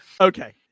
Okay